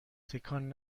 تکان